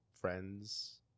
friends